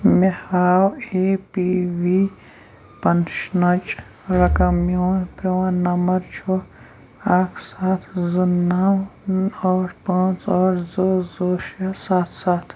مےٚ ہاو A P V پنشنٕچ رقم میون پرون نمبر چھُ اکھ سَتھ زٕ نَو ٲٹھ پانٛژھ ٲٹھ زٕ زٕ شےٚ سَتھ سَتھ